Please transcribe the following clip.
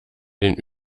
den